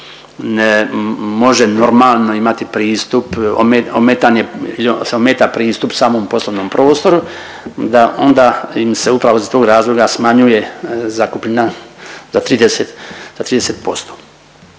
može normalno imati pristup, ome…, ometan je ili se ometa pristup samom poslovnom prostoru da onda im se upravo iz tog razloga smanjuje zakupnina za 30,